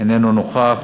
איננו נוכח,